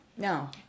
No